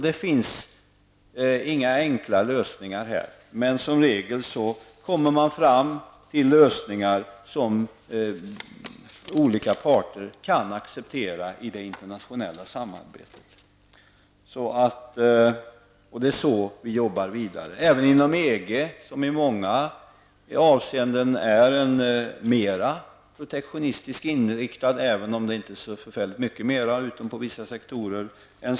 Det finns inga enkla lösningar, men som regel kommer man fram till lösningar som olika parter kan acceptera i det internationella samarbetet. Det är efter den riktlinjen vi arbetar vidare. EG är i många avseenden mer protektionistiskt inriktat än Sverige, även om det inte berör så många områden.